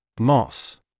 moss